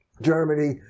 Germany